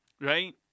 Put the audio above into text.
right